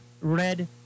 Red